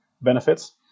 benefits